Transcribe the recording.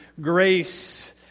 grace